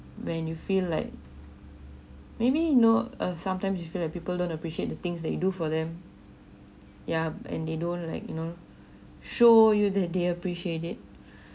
when you feel like maybe you know err sometimes you feel like people don't appreciate the things they do for them yeah and they don't like you know show you that they appreciate it